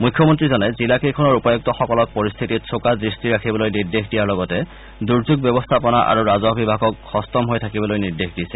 মুখ্যমন্ত্ৰীজনে জিলাকেইখনৰ উপায়ুক্তসকলক পৰিস্থিতিৰ চোকা দৃষ্টি ৰাখিবলৈ নিৰ্দেশ দিয়াৰ লগতে দূৰ্যোগ ব্যৱস্থাপনা আৰু ৰাজহ বিভাগক সস্তম থাকিবলৈ নিৰ্দেশ দিছে